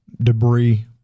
debris